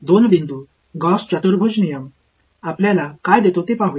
2 बिंदू गौस चतुर्भुज नियम आपल्याला काय देतो ते पाहूया